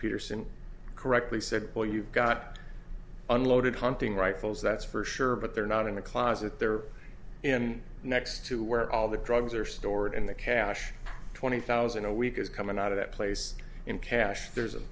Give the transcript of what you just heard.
peterson correctly said well you've got unloaded hunting rifles that's for sure but they're not in the closet they're in next to where all the drugs are stored in the cache twenty thousand a week is coming out of that place in cash there's